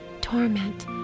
torment